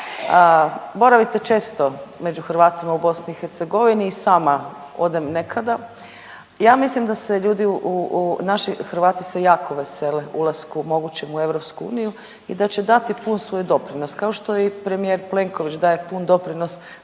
Boravite često među Hrvatima u BiH i sama odem nekada. Ja mislim da se ljudi, naši Hrvati se jako vesele ulasku, mogućem u EU i da će dati pun svoj doprinos kao što i premijer Plenković daje pun doprinos